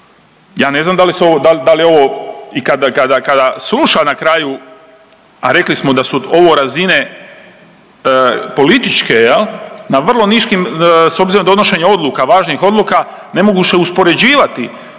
Ja ne znam da li je ovo i kada sluša na kraju, a rekli smo da su ovo razine političke, na vrlo niskim, s obzirom na donošenje odluka, važnih odluka ne mogu se uspoređivati